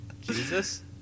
Jesus